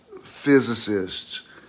physicists